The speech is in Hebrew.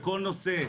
בכל נושא.